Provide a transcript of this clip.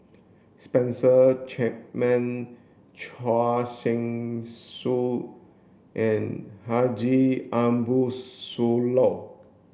Spencer Chapman Choor Singh Sidhu and Haji Ambo Sooloh